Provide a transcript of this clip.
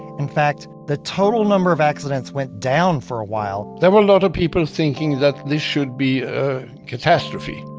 in fact, the total number of accidents went down for a while. there were a lot of people thinking that this should be a catastrophe.